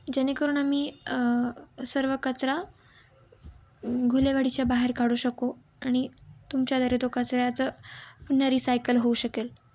जेणेकरून आम्ही सर्व कचरा घुलेवाडीच्या बाहेर काढू शकू आणि तुमच्या द्वारे तो कचऱ्याचं पुन्हा रिसायकल होऊ शकेल